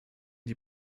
die